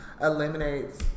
eliminates